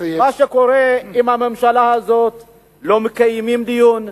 מה שקורה עם הממשלה הזו, לא מקיימים דיון.